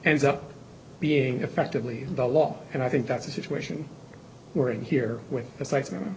ends up being effectively the law and i think that's the situation we're in here where it's like